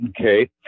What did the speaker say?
okay